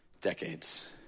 decades